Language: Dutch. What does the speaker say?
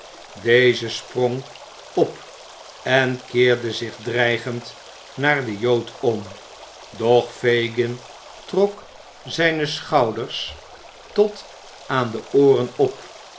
deze sprong op en keerde zich dreigend naar den jood om doch fagin trok zijne schouders tot aan de ooren op